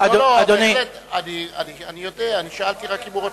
אני שאלתי רק אם הוא רוצה,